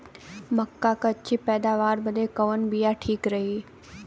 मक्का क अच्छी पैदावार बदे कवन बिया ठीक रही?